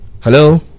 Hello